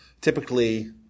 Typically